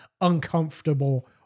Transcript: uncomfortable